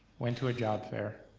went to a job fair,